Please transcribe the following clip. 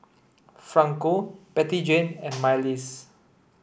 Franco Bettyjane and Myles